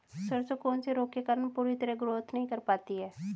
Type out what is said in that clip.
सरसों कौन से रोग के कारण पूरी तरह ग्रोथ नहीं कर पाती है?